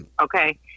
Okay